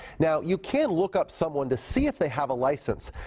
now, you can look up someone to see if they have a license.